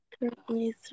Currently